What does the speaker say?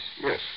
Yes